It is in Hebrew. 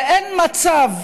ואין מצב,